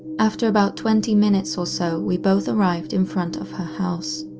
after about twenty minutes or so we both arrived in front of her house.